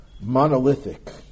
monolithic